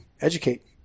educate